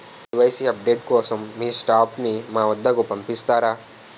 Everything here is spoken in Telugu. కే.వై.సీ అప్ డేట్ కోసం మీ స్టాఫ్ ని మా వద్దకు పంపిస్తారా?